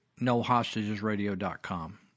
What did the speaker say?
nohostagesradio.com